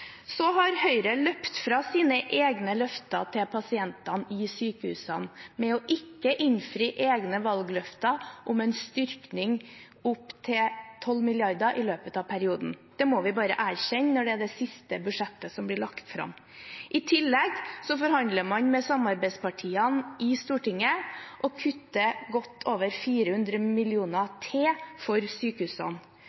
Så har Høyre løpt fra sine egne løfter til pasientene i sykehusene ved å ikke innfri egne valgløfter om en styrking opp til 12 mrd. kr i løpet av perioden. Det må vi bare erkjenne når det er det siste budsjettet som blir lagt fram. I tillegg forhandler man med samarbeidspartiene i Stortinget om å kutte godt over 400